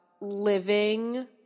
living